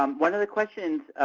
um one of the questions,